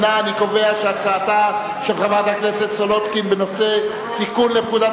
ההצעה להסיר מסדר-היום את הצעת חוק לתיקון פקודת